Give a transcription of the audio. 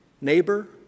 neighbor